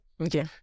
Okay